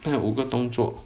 他有五个动作